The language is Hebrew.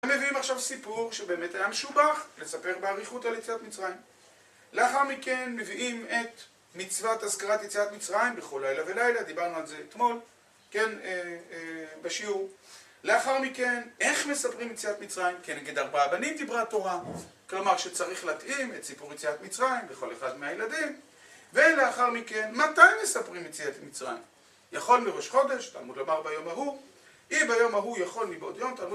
הם מביאים עכשיו סיפור שבאמת היה משובח לספר באריכות על יציאת מצרים לאחר מכן מביאים את מצוות אזכרת יציאת מצרים בכל לילה ולילה דיברנו על זה אתמול ..כן... בשיעור לאחר מכן איך מספרים יציאת מצרים כנגד ארבעה בנים דיברה התורה כלומר שצריך להתאים את סיפור יציאת מצריים בכל אחד מהילדים ולאחר מכן מתי מספרים יציאת מצרים יכול מראש חודש, תלמוד לדבר ביום ההוא , אי ביום ההוא יכול מבעוד יום? תלמוד